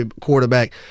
quarterback